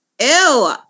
Ew